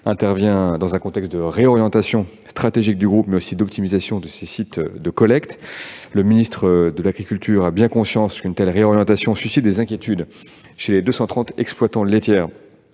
intervient dans un contexte de réorientation stratégique du groupe, mais aussi d'optimisation de ses sites de collecte. Le ministre de l'agriculture est parfaitement conscient qu'une telle réorientation suscite des inquiétudes pour les 230 exploitations laitières